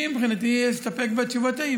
אני, מבחינתי, אסתפק בתשובתי.